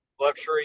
luxury